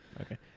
Okay